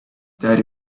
that